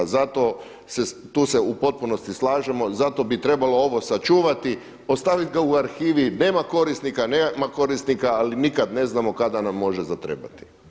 Zato, tu se u potpunosti slažemo, zato bi trebalo ovo sačuvati, ostaviti ga u arhivi, nema korisnika, nema korisnika ali nikad ne znamo kad nam može zatrebati.